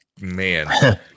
man